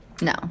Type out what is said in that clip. No